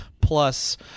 plus